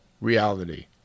reality